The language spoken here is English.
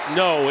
no